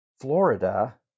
Florida